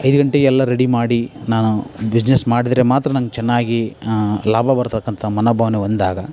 ಐದು ಗಂಟೆಗೆಲ್ಲ ರೆಡಿ ಮಾಡಿ ನಾನು ಬಿಜ್ನೆಸ್ ಬು ಮಾಡಿದರೆ ಮಾತ್ರ ನಂಗೆ ಚೆನ್ನಾಗಿ ಲಾಭ ಬರತಕ್ಕಂತ ಮನೋಭಾವನೆ ಬಂದಾಗ